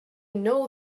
know